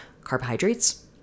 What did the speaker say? carbohydrates